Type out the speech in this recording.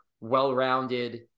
well-rounded